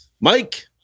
Mike